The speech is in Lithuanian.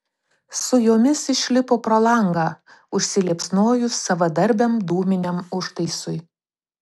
su jomis išlipo pro langą užsiliepsnojus savadarbiam dūminiam užtaisui